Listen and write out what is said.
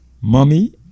mummy